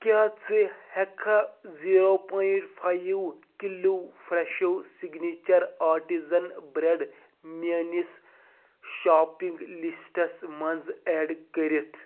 کیٛاہ ژٕ ہٮ۪ککھا zero point five kilo fresh signature artisan bread میٲنِس شاپِنٛگ لِسٹَس منٛز اؠڈ کٔرِتھ